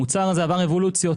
המוצר הזה עבר אבולוציות.